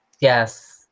Yes